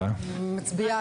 הישיבה ננעלה בשעה 13:33.